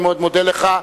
אני מאוד מודה לך.